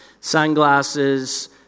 sunglasses